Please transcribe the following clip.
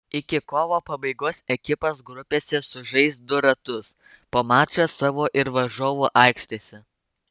iki kovo pabaigos ekipos grupėse sužais du ratus po mačą savo ir varžovų aikštėse